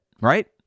right